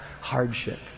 hardship